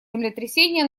землетрясения